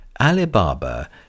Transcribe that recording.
Alibaba